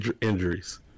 injuries